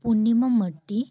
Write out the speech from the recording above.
Punnima Mardi